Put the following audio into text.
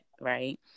right